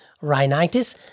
rhinitis